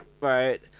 Right